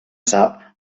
sap